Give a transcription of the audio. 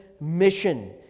mission